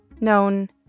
known